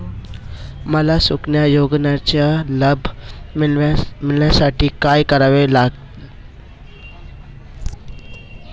मला सुकन्या योजनेचा लाभ मिळवण्यासाठी काय करावे लागेल?